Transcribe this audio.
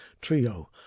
trio